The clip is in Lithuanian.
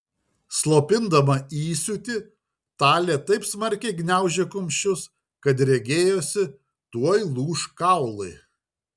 slopindama įsiūtį talė taip smarkiai gniaužė kumščius kad regėjosi tuoj lūš kaulai